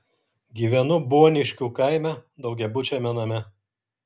gyvenu boniškių kaime daugiabučiame name